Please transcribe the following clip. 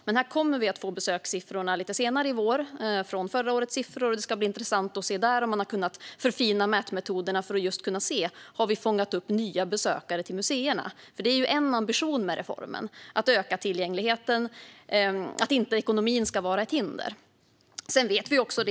Men vi kommer att få besökssiffrorna från förra året lite senare i vår, och det ska bli intressant att se om mätmetoderna har kunnat förfinas för att se om nya besökare till museerna har fångats upp. En ambition med reformen är ju att öka tillgängligheten och att ekonomin inte ska vara ett hinder.